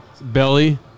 Belly